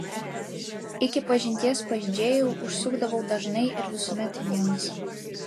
iki pažinties pas džėjų užsukdavau dažnai ir visuomet vienas